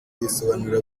bisobanura